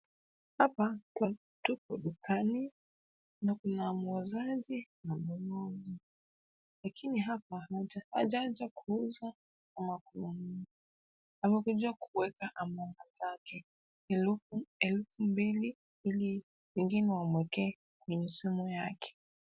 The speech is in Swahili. Hapa kuna watu dukani na kuna muuzaji na mnunuzi. Lakini hapa, hawajaja kuuza ama kununua, wamekuja kuboeka kama mwenzake elfu mbili ili wengine wamwekee kwenye simu yake.